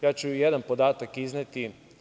Ja ću jedan podatak izneti.